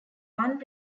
one